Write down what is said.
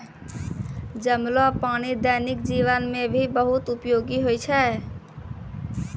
जमलो पानी दैनिक जीवन मे भी बहुत उपयोगि होय छै